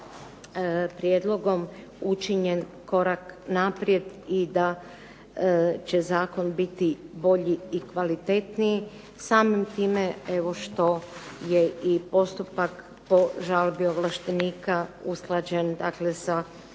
prijedlogom učinjen korak naprijed i da će zakon biti bolji i kvalitetniji samim time evo što je i postupak po žalbi ovlaštenika usklađen sa